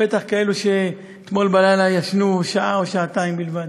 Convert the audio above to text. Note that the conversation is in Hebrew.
בטח אלה שאתמול בלילה ישנו שעה או שעתיים בלבד.